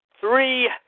three